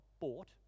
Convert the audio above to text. bought